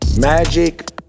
Magic